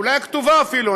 אולי הכתובה אפילו,